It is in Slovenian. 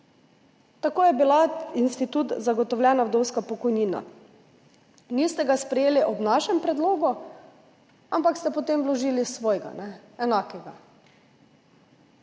Tak je bil tudi institut zagotovljene vdovske pokojnine. Niste ga sprejeli ob našem predlogu, ampak ste potem vložili svojega, enakega.